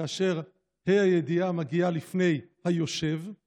כאשר ה"א הידיעה מגיעה לפני ה"יושב",